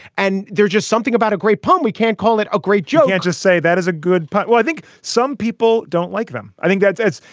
and there's just something about a great poem. we can't call it a great joke. i just say that is a good point. well, i think some people don't like them. i think that's that's.